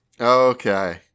Okay